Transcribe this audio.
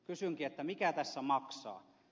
kysynkin mikä tässä maksaa